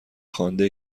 خوانده